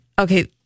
Okay